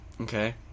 Okay